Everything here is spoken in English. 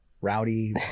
Rowdy